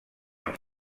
els